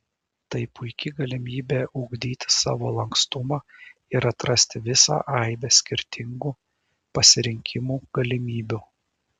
tai puiki galimybė ugdyti savo lankstumą ir atrasti visą aibę skirtingų pasirinkimų galimybių